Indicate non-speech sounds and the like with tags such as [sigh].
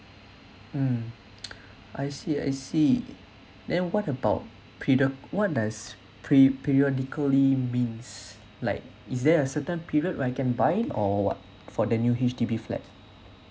mm [noise] I see I see then what about period what does pe~ periodically means like is there a certain period where I can buy it or what for the new H_D_B flat